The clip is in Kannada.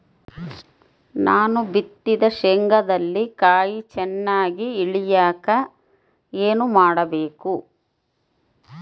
ನಾನು ಬಿತ್ತಿದ ಶೇಂಗಾದಲ್ಲಿ ಕಾಯಿ ಚನ್ನಾಗಿ ಇಳಿಯಕ ಏನು ಮಾಡಬೇಕು?